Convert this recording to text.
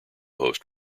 host